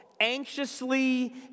anxiously